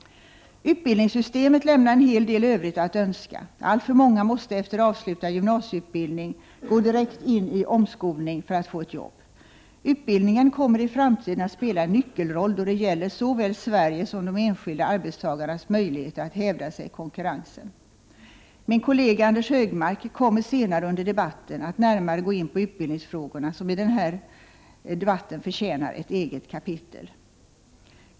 Utbildningssystemet lämnar en hel del övrigt att önska. Alltför många måste efter avslutad gymnasieutbildning gå direkt in i omskolning för att få ett jobb. Utbildningen kommer i framtiden att spela en nyckelroll då det gäller såväl Sveriges som de enskilda arbetstagarnas möjligheter att hävda sig i konkurrensen. Min kollega Anders G Högmark kommer senare under debatten att närmare gå in på utbildningsfrågorna, som i den här debatten förtjänar ett eget kapitel.